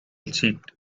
seat